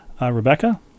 Rebecca